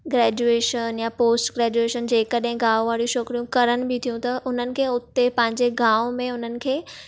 graduation या post graduation जेकॾहिं गांव वारियूं छोकिरियूं करनि बि थियूं त उन्हनि खे उते पंहिंजे गांव में उन्हनि खे